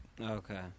Okay